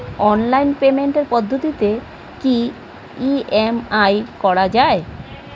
Online পেমেন্টের পদ্ধতিতে কি ই.এম.আই করা যায়?